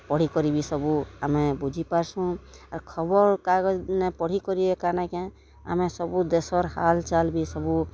ପଢ଼ିକରି ବି ସବୁ ଆମେ ବୁଝିପାର୍ସୁଁ ଆଉ ଖବର୍କାଗଜ୍ ନାଇଁ ପଢ଼ିକରି ଏକା ନାଇଁ କେଁ ଆମେ ସବୁ ଦେଶର୍ ହାଲ୍ଚାଲ୍ ବି ସବୁ